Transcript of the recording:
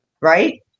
right